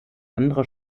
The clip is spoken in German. andere